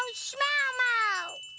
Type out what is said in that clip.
so smelmo!